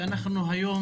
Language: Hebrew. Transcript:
היום,